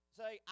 say